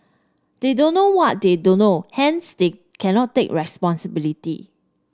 they don't know what they don't know hence they cannot take responsibility